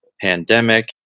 pandemic